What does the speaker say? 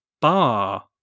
bar